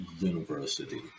University